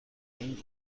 این